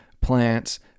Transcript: plants